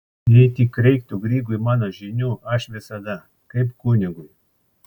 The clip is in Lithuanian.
jei tik reiktų grygui mano žinių aš visada kaip kunigui